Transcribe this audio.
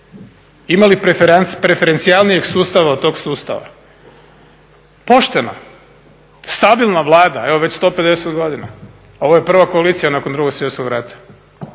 Ima li preferencijalnijeg sustava od tog sustava? Poštena, stabilna Vlada evo već 150 godina. Ovo je prva koalicija nakon 2. svjetskog rata.